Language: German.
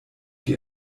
die